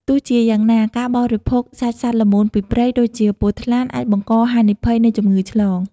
ទោះជាយ៉ាងណា ការបរិភោគសាច់សត្វល្មូនពីព្រៃ ដូចជាពស់ថ្លាន់ អាចបង្កហានិភ័យនៃជំងឺឆ្លង។